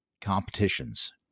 competitions